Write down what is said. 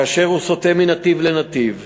כאשר הוא סוטה מנתיב לנתיב,